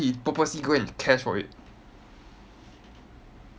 then he purposely go and cash for it